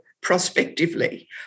prospectively